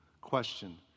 Question